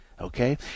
Okay